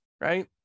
right